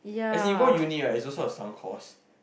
as in you go uni right it's also a certain cost